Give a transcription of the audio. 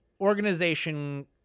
organization